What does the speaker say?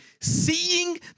seeing